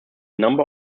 number